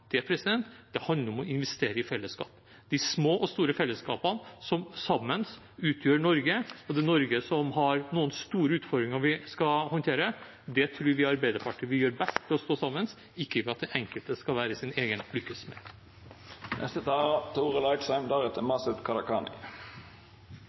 det handler om å investere i fellesskapet – de små og store fellesskapene som sammen utgjør Norge, og det Norge som har noen store utfordringer som vi skal håndtere. Det tror Arbeiderpartiet vi vil gjøre best ved å stå sammen, ikke ved at den enkelte skal være sin egen lykkes